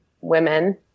women